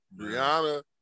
Brianna